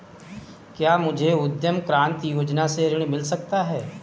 क्या मुझे उद्यम क्रांति योजना से ऋण मिल सकता है?